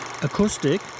acoustic